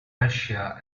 russia